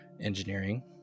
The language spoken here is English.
engineering